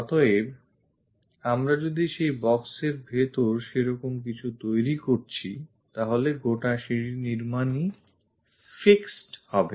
অতএব আমরা যদি সেই box এর ভেতর সে রকম কিছু তৈরি করছি তাহলে গোটা সিঁড়ির নির্মাণই fixed হবে